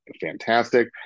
fantastic